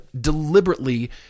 deliberately